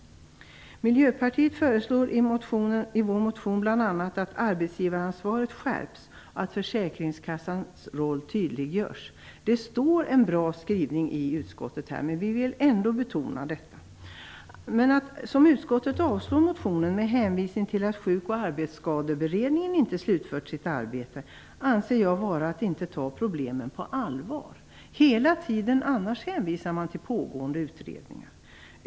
Vi i Miljöpartiet föreslår i vår motion bl.a. att arbetsgivaransvaret skärps och att försäkringskassans roll tydliggörs. Det står en bra skrivning i utskottsbetänkandet, men vi vill ändå betona detta. Att som utskottet avstyrka motionen med hänvisning till att Sjuk och arbetsskadeberedningen inte slutfört sitt arbete, anser jag vara att inte ta problemen på allvar. Hela tiden annars hänvisar man till pågående utredningar.